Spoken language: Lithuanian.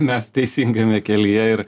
mes teisingame kelyje ir